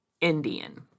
Indian